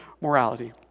morality